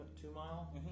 two-mile